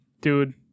dude